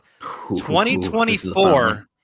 2024